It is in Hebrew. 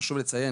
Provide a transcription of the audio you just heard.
חשוב לציין,